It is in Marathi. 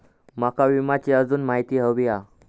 माका विम्याची आजून माहिती व्हयी हा?